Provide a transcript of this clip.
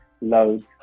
loads